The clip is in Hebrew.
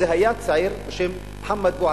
זה היה צעיר בשם מוחמד בועזיזי,